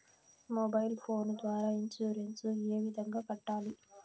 mobile phone ద్వారా insurance ఏ విధంగా కట్టాలి